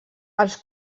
als